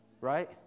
Right